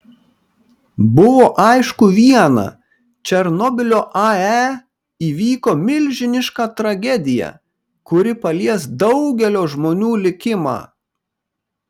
buvo aišku viena černobylio ae įvyko milžiniška tragedija kuri palies daugelio žmonių likimą